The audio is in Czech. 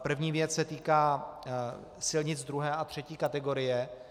První věc se týká silnic druhé a třetí kategorie.